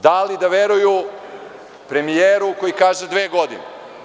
Da li da veruju premijeru koji kaže dve godine.